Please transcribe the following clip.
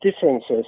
differences